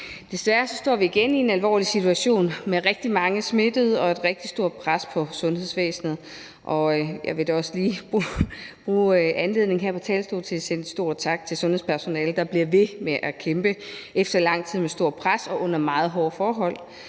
Desværre står vi igen i en alvorlig situation med rigtig mange smittede og et rigtig stort pres på sundhedsvæsenet, og jeg vil da også lige bruge anledningen her på talerstolen til at sende en stor tak til sundhedspersonalet, der bliver ved med at kæmpe efter lang tid med stort pres og under meget hårde forhold,